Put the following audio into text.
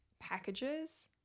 packages